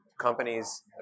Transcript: companies